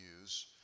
use